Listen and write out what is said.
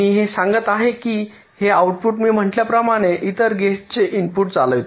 मी हे सांगत आहे की हे आऊटपुट मी म्हटल्याप्रमाणे इतर गेट्सचे इनपुट चालविते